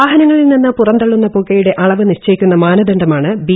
വാഹനങ്ങളിൽ നിന്ന് പുറന്തള്ളുന്ന പുകയുടെ അളവ് നിശ്ചയിക്കുന്ന മാനദണ്ഡമാണ് ബി